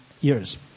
years